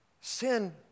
Sin